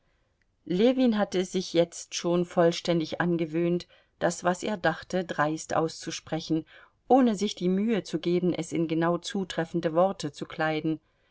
ljewin hatte es sich jetzt schon vollständig angewöhnt das was er dachte dreist auszusprechen ohne sich die mühe zu geben es in genau zutreffende worte zu kleiden